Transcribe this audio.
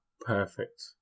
perfect